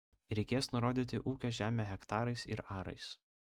reikės nurodyti ūkio žemę hektarais ir arais